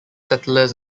settlers